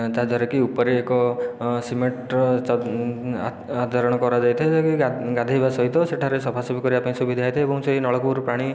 ଯାହାଦ୍ୱାରାକି ଉପରେ ଏକ ସିମେଣ୍ଟର ଆଦରଣ କରାଯାଇଥାଏ ଯାହାକି ଗାଧୋଇବା ସହିତ ସେଠାରେ ସଫାସଫି କରିବାପାଇଁ ସୁବିଧା ହେଇଥାଏ ଏବଂ ସେହି ନଳକୂପରୁ ପାଣି